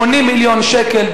80 מיליון שקל,